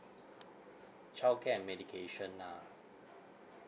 childcare and medication ah